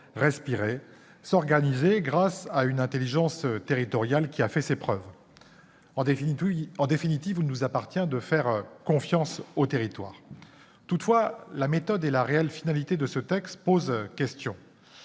respirer et s'organiser grâce à une intelligence territoriale qui a fait ses preuves. En définitive, nous devons faire confiance aux territoires. Toutefois, la méthode et la réelle finalité de ce texte posent question.